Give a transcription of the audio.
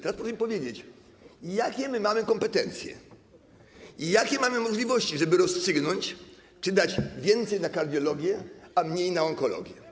Teraz proszę mi powiedzieć, jakie my mamy kompetencje i jakie mamy możliwości, żeby rozstrzygnąć, czy dać więcej na kardiologię, a mniej na onkologię.